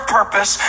purpose